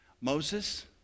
Moses